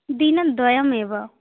दिनद्वयमेव